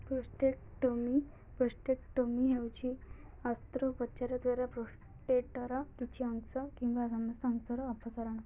prostatectomy prostatectomy ହେଉଛି ଅସ୍ତ୍ରୋପଚାର ଦ୍ୱାରା ପ୍ରୋଷ୍ଟେଟର କିଛି ଅଂଶ କିମ୍ବା ସମସ୍ତ ଅଂଶର ଅଫସରଣ